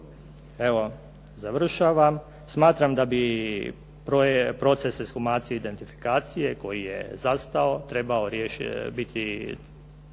evo, završavam, smatram da bi proces ekshumacije i identifikacije koji je zastao treba ga